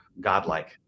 godlike